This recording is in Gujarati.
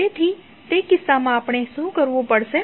તેથી તે કિસ્સામાં આપણે શું કરવુ પડશે